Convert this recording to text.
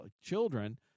children